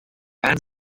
and